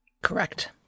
Correct